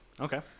Okay